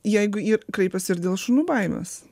jeigu ir kreipiasi ir dėl šunų baimes